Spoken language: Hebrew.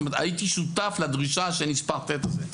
זאת אומרת, הייתי שותף לדרישה של נספח ט' הזה.